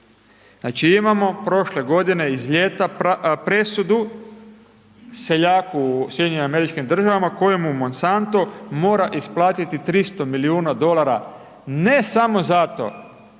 Znači imamo prošle godine iz ljeta, presudu seljaku SAD-a kojemu Monsanto mora isplatiti 300 milijuna dolara ne samo zato